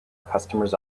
customers